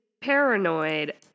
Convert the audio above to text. paranoid